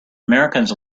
americans